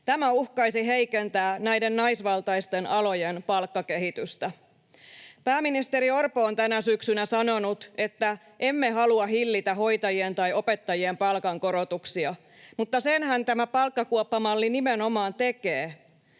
Tämä uhkaisi heikentää näiden naisvaltaisten alojen palkkakehitystä. Pääministeri Orpo on tänä syksynä sanonut, että ”emme halua hillitä hoitajien tai opettajien palkankorotuksia”, mutta senhän tämä palkkakuoppamalli nimenomaan tekee.